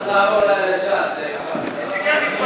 חברי הכנסת מש"ס, מה קורה לכם